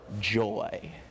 joy